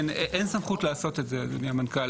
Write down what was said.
אין סמכות לעשות את זה, אדוני המנכ"ל.